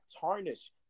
tarnish